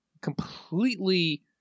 completely